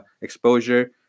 exposure